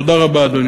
תודה רבה, אדוני